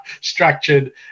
structured